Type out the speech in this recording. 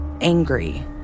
angry